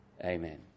Amen